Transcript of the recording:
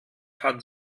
hat